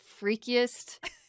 freakiest